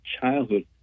childhood